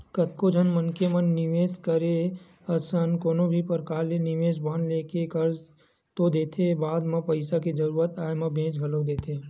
कतको झन मनखे मन निवेस करे असन कोनो भी परकार ले निवेस बांड लेके कर तो देथे बाद म पइसा के जरुरत आय म बेंच घलोक देथे